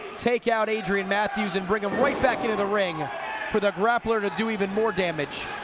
take out adrian matthews and bring him right back into the ring for the grappler to do even more damage.